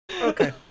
Okay